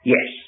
Yes